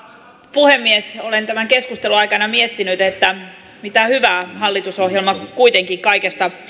puhemies olen tämän keskustelun aikana miettinyt mitä hyvää hallitusohjelma kuitenkin kaikesta